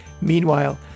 Meanwhile